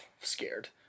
scared